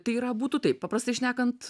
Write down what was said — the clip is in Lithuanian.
tai yra būtų taip paprastai šnekant